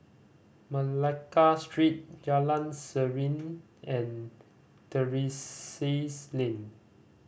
Malacca Street Jalan Serene and Terrasse Lane